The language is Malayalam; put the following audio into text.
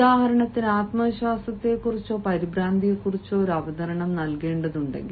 ഉദാഹരണത്തിന് ആത്മവിശ്വാസത്തെക്കുറിച്ചോ പരിഭ്രാന്തിയെക്കുറിച്ചോ ഒരു അവതരണം നൽകേണ്ടതുണ്ടെങ്കിൽ